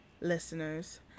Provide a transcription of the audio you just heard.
listeners